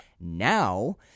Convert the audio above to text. Now